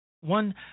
One